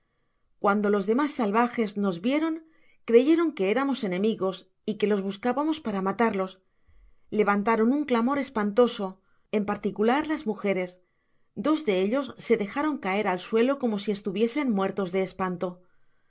cuando los demás salvajes nos vieron creyendo que éramos enemigos y que los buscábamos para matarlos levantaron un clamsr espantoso en particular las mujeres dos de ellos se dejaron caer al suelo como si estuviesen muertos de espanto